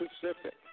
Pacific